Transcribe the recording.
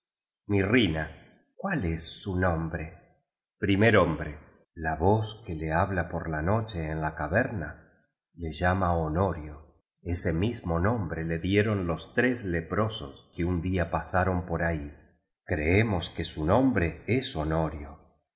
mirrina cuál es su nombre primer hombre la voz que le habla por la noche en la caverna le llama honorio ese mismo nombre le dieron los tres leprosos que un día pasaron por ahí creemos que su nombre es